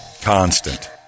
Constant